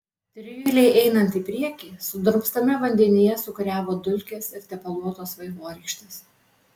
trijulei einant į priekį sudrumstame vandenyje sūkuriavo dulkės ir tepaluotos vaivorykštės